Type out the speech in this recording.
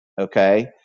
Okay